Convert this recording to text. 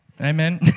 Amen